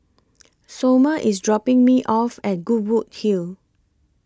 Somer IS dropping Me off At Goodwood Hill